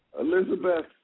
Elizabeth